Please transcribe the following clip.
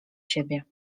siebie